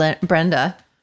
Brenda